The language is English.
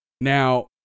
Now